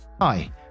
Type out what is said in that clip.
Hi